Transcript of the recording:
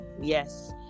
Yes